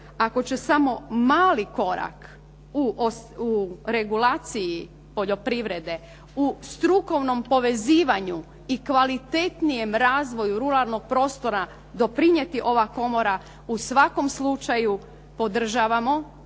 ako će samo mali korak u regulaciji poljoprivrede, u strukovnom povezivanju i kvalitetnijem razvoju ruralnog prostora doprinijeti ova komora. U svakom slučaju, podržavamo